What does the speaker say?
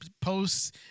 posts